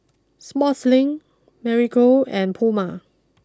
Sportslink Marigold and Puma